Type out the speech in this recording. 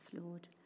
Lord